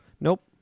Nope